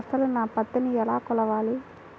అసలు నా పత్తిని ఎలా కొలవాలి?